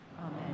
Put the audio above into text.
amen